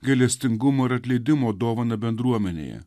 gailestingumo ir atleidimo dovaną bendruomenėje